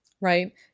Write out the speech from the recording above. right